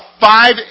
five